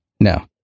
No